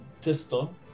pistol